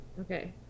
Okay